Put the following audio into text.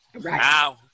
Right